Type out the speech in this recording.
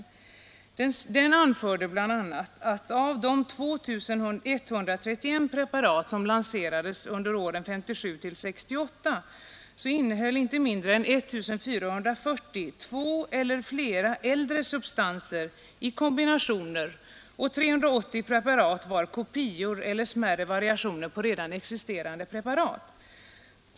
Kommittén anförde bl.a. att av 2 131 preparat som lanserades under åren 1957—1968 innehöll inte mindre än 1 440 två eller flera äldre substanser i kombinationer, och 380 preparat var kopior eller smärre variationer på redan existerande preparat.